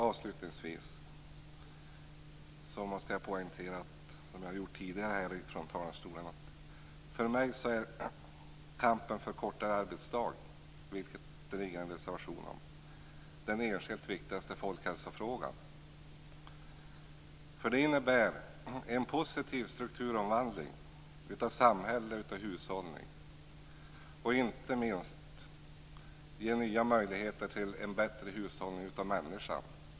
Avslutningsvis måste jag - som jag också har gjort tidigare härifrån talarstolen - poängtera att för mig är kampen för kortare arbetsdag, som vi har en reservation om, den enskilt viktigaste folkhälsofrågan. En kortare arbetsdag innebär en positiv strukturomvandling av samhälle och hushållning. Inte minst ger den nya möjligheter till en bättre hushållning av människan.